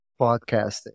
podcasting